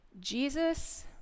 Jesus